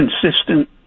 consistent